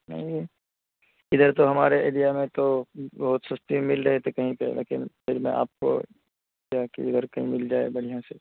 نہیں ادھر تو ہمارے ایریا میں تو بہت سستی مل رہی تھی کہیں پہ لیکن پھر میں آپ کو کیا کہ ادھر کہیں مل جائے بڑھیا سے